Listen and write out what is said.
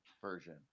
version